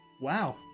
Wow